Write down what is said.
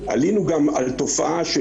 עלינו גם על תופעה של